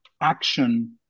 action